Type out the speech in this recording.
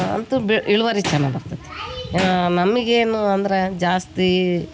ಅಂತು ಬಿ ಇಳುವರಿ ಚೆನ್ನಾಗ್ ಬರ್ತತಿ ನಮಗೇನು ಅಂದರೆ ಜಾಸ್ತಿ